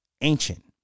ancient